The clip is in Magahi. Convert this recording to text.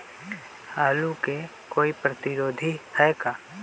आलू के कोई प्रतिरोधी है का?